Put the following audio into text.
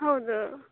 ಹೌದು